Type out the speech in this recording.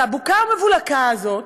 את הבוקה ומבולקה הזאת.